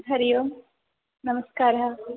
हरिः ओम् नमस्कारः